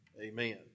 amen